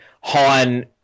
Han